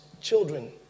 children